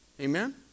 Amen